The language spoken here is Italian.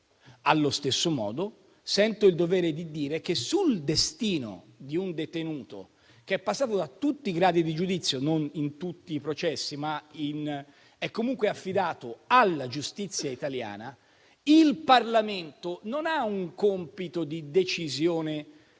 Allo stesso modo, sento il dovere di dire che sul destino di un detenuto, che è passato da tutti i gradi di giudizio, non in tutti i processi, ma che è comunque affidato alla giustizia italiana, il Parlamento non ha un compito di decisione